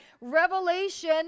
Revelation